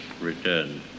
returned